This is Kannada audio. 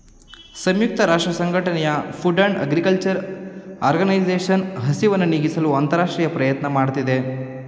ಸಂಯುಕ್ತ ರಾಷ್ಟ್ರಸಂಘಟನೆಯ ಫುಡ್ ಅಂಡ್ ಅಗ್ರಿಕಲ್ಚರ್ ಆರ್ಗನೈಸೇಷನ್ ಹಸಿವನ್ನು ನೀಗಿಸಲು ಅಂತರರಾಷ್ಟ್ರೀಯ ಪ್ರಯತ್ನ ಮಾಡ್ತಿದೆ